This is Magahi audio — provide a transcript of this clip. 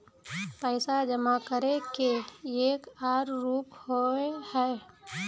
पैसा जमा करे के एक आर रूप होय है?